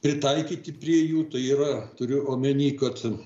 pritaikyti prie jų tai yra turiu omeny kad